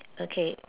okay